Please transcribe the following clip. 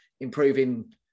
improving